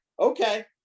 okay